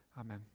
Amen